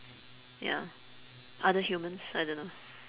ya other humans I don't know